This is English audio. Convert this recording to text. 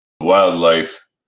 wildlife